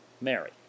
Mary